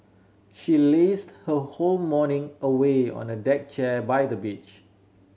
she lazed her whole morning away on a deck chair by the beach